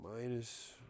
minus